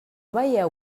veieu